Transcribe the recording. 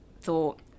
thought